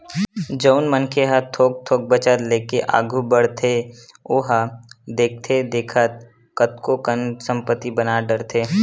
जउन मनखे ह थोक थोक बचत लेके आघू बड़थे ओहा देखथे देखत कतको कन संपत्ति बना डरथे